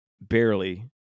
barely